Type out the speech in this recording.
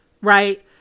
right